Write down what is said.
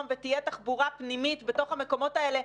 ותהיה תחבורה פנימית בתוך המקומות האלה,